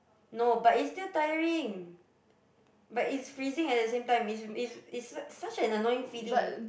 no but it's still tiring but it's freezing at the same time it's it's it's such such an annoying feeling